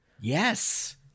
Yes